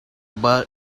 butt